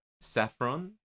Saffron